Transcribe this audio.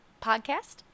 Podcast